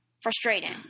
Frustrating